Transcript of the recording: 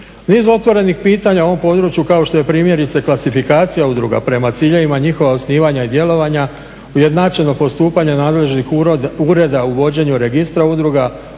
Niz otvorenih pitanja o ovom području, kao što je primjerice klasifikacija udruga prema ciljevima njihova osnivanja i djelovanja, ujednačeno postupanje nadležnih ureda u vođenju registra udruga,